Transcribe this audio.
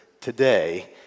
today